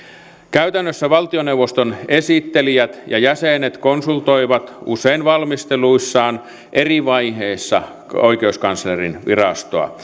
käytännössä valtioneuvoston esittelijät ja jäsenet konsultoivat usein valmistelussaan eri vaiheissa oikeuskanslerinvirastoa